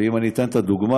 ואם אני אתן דוגמה,